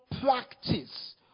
practice